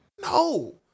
No